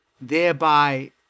thereby